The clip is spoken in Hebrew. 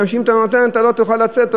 מפני שאם אתה נותן אתה לא תוכל לצאת,